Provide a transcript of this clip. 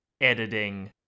editing